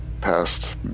past